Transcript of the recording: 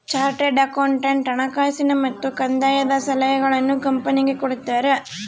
chartered accountant ಹಣಕಾಸಿನ ಮತ್ತು ಕಂದಾಯದ ಸಲಹೆಗಳನ್ನು ಕಂಪನಿಗೆ ಕೊಡ್ತಾರ